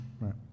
right